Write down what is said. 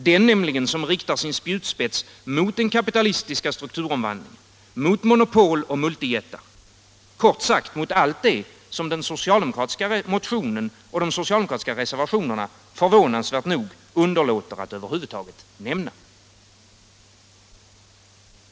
Den, nämligen, som riktar sin spjutspets mot den kapitalistiska strukturomvandlingen, mot monopol och multijättar — kort sagt mot allt det som den socialdemokratiska motionen och de socialdemokratiska reservationerna förvånansvärt nog underlåter att över huvud taget nämna.